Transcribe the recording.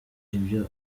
ibyo